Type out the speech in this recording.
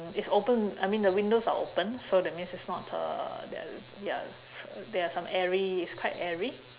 it's open I mean the windows are open so that means it's not uh there ya there are some airy it's quite airy